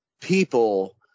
people